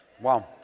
Wow